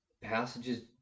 passages